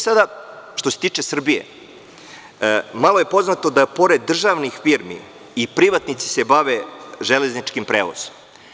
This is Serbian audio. Sada, što se tiče Srbije, malo je poznato da, pored državnih firmi, i privatnici se bave železničkim prevozom.